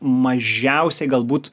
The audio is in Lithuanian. mažiausiai galbūt